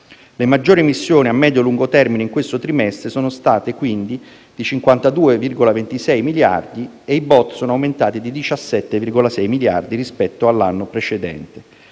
Le maggiori emissioni a medio-lungo termine in questo trimestre sono state quindi di 52,26 miliardi e i BOT sono aumentati di 17,6 miliardi rispetto all'anno precedente.